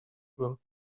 will